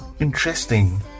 Interesting